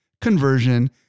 conversion